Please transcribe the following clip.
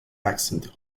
accent